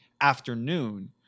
afternoon